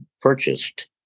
purchased